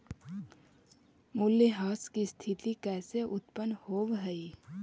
मूल्यह्रास की स्थिती कैसे उत्पन्न होवअ हई?